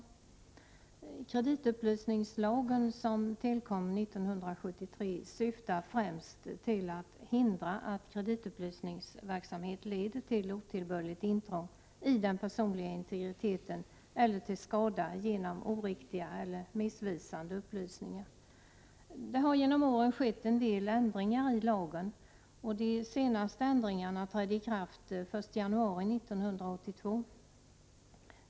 139 Kreditupplysningslagen — som tillkom 1973 — syftar främst till att hindra att integriteten eller till skada genom oriktiga eller missvisande upplysningar. Det har genom åren skett en del ändringar i lagen. De senaste ändringarna trädde i kraft den 1 januari 1982.